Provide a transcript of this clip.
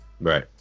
Right